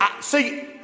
see